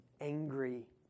angry